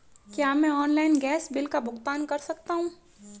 क्या मैं online gas bill का भुगतान कर सकता हूँ?